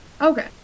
Okay